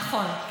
נכון.